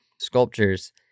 sculptures